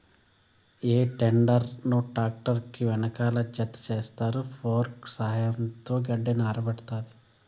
హే tedder ను tractor కి వెనకాల జతచేస్తారు, ఫోర్క్ల సహాయంతో గడ్డిని ఆరబెడతాది